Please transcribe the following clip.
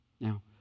Now